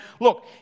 look